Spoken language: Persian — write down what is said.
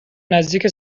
نزدیک